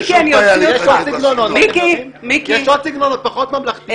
יש עוד סגנונות פחות ממלכתיים.